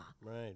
Right